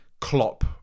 Klopp